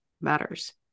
matters